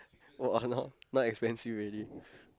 !wah! now now expensive already